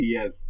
Yes